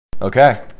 Okay